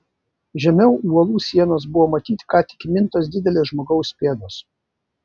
žemiau uolų sienos buvo matyti ką tik įmintos didelės žmogaus pėdos